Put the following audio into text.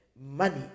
money